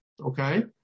Okay